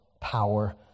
power